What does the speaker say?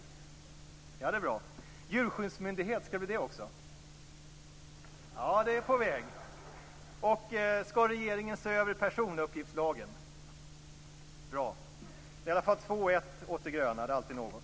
Skall det bli en djurskyddsmyndighet också? Det är på väg. Skall regeringen se över personuppgiftslagen? Bra. Det är i alla fall 2-1 åt de gröna. Det är alltid något.